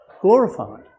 glorified